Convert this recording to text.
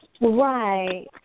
Right